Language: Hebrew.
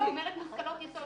למסייע